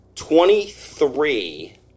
Twenty-three